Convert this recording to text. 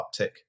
uptick